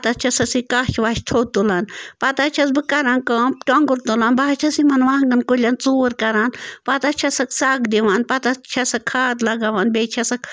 پتہٕ حظ چھَسَس یہِ کَچھ وَچھ تھوٚد تُلان پتہٕ حظ چھَس بہٕ کَران کٲم ٹۄنٛگُر تُلان بہٕ حظ چھَس یِمن وانٛگن کُلٮ۪ن ژوٗر کَران پتہٕ حظ چھَسَکھ سَگ دِوان پتہٕ حظ چھَسکھ کھاد لَگاوان بیٚیہِ چھَسَکھ